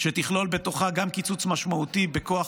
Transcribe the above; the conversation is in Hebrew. תכלול בתוכה גם קיצוץ משמעותי בכוח